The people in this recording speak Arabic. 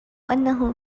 أنه